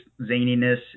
zaniness